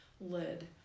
lid